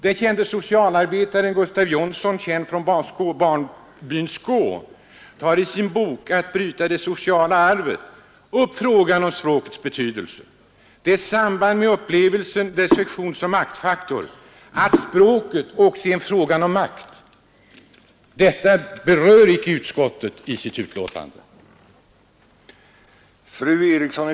Den kände socialarbetaren Gustav Jonsson, känd från barnbyn Skå, tar i sin bok ”Det sociala arvet” upp frågan om språkets betydelse, dess samband med upplevelsen, dess funktion som maktfaktor, att språket också är en fråga om makt. Detta berör icke utskottet i sitt betänkande.